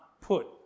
put